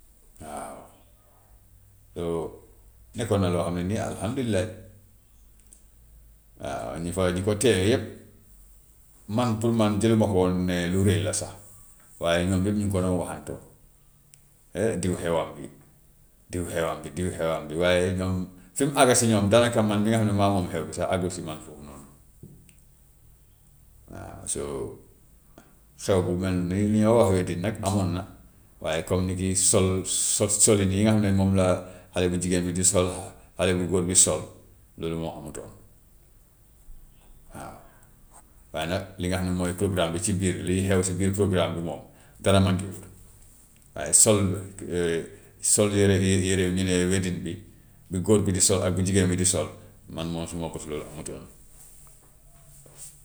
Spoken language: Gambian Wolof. Waaw nekkoon na loo xam ne ni alhamdulilah, waaw ñi fa ñi ko teewee yëpp, man pour man jëluma ko woon ne lu rëy la sax, waaye ñoom yëpp ñu ngi ko doon waxantoo. Ah diw xewam bi, diw xewam bi, diw xewam bi, waaye ñoom fi mu àgg si ñoom daanaka man mi ga xam ne maa moom xew bi sax àggul si man foofu noonu. Waaw, so xew bu mel ni li ñoo wax wedding nag amoon na, waaye comme ni ki sol, so- solin yi nga xam ne moom la xale bu jigéen bi di sol, xale bu góor bi sol loolu moo amutoon waaw. Waaye nag li nga xam ne mooy programme bi ci biir liy xew si biir programme bi moom dara mànkewut, waaye sol sol yére yére ñu ne wedding bi, bi góor bi di sol ak bi jigéen bi di sol man moom suma bos loolu amutoon.